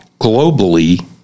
globally